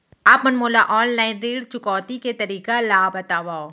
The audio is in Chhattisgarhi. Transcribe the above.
आप मन मोला ऑनलाइन ऋण चुकौती के तरीका ल बतावव?